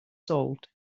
solved